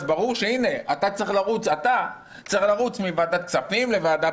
אז ברור שאתה צריך לרוץ מוועדת כספים לוועדה